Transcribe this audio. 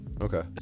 okay